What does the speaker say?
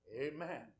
Amen